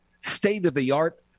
state-of-the-art